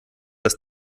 das